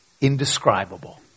indescribable